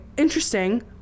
interesting